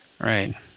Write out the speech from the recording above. Right